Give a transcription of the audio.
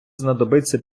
знадобиться